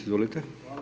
Izvolite.